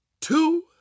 two